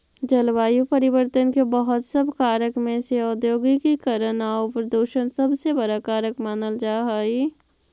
जलवायु परिवर्तन के बहुत सब कारक में से औद्योगिकीकरण आउ प्रदूषण सबसे बड़ा कारक मानल जा हई